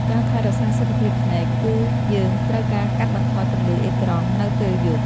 ការថែរក្សាសុខភាពភ្នែក គឺយើងត្រូវការកាត់បន្ថយពន្លឺអេក្រង់នៅពេលយប់។